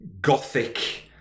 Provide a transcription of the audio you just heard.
gothic